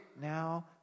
now